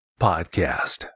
podcast